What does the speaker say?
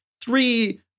three